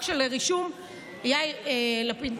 לפיד,